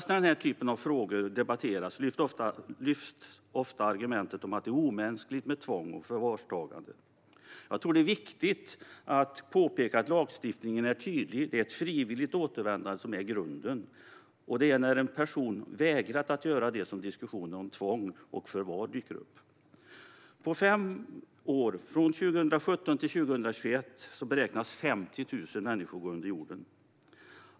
När den här typen av frågor debatteras lyfts ofta argumentet att det är omänskligt med tvång och förvarstagande. Jag tror att det är viktigt att påpeka att lagstiftningen är tydlig med att det är ett frivilligt återvändande som är grunden. Det är när en person vägrat att göra det som diskussionen om tvång och förvar dyker upp. Under de kommande fem åren, från 2017 till 2021, beräknas 50 000 människor gå under jorden.